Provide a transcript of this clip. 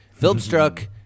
Filmstruck